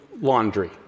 laundry